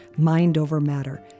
mindovermatter